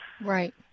Right